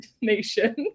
nation